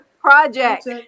project